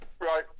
right